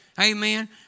Amen